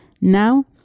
now